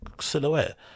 silhouette